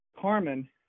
carmen